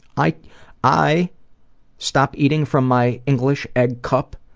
i i stop eating from my english-egg cup,